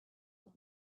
and